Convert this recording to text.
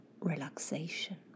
relaxation